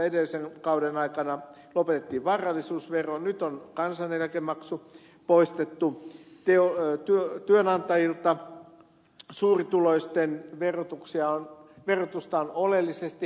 edellisen kauden aikana lopetettiin varallisuusvero nyt on kansaneläkemaksu poistettu työnantajilta suurituloisten verotusta on oleellisesti helpotettu